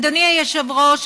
אדוני היושב-ראש,